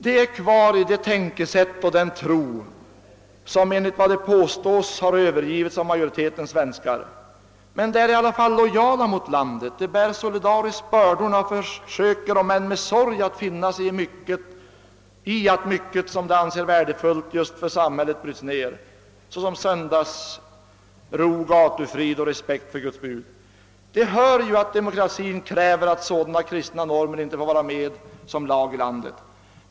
De är kvar i det tänkesätt och den tro som enligt vad som påstås har övergetts av majoriteten svenskar. De är i alla fall lojala mot landet, bär solidariskt bördorna och försöker, om än med sorg, att finna sig i att mycket som de ansett värdefullt för samhället bryts ned, såsom söndagsro, gatufrid och respekt för Guds bud. De hör ju att demokratin kräver att sådana kristna normer inte får vara med som lag i landet.